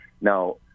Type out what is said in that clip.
Now